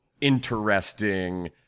interesting